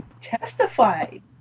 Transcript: testified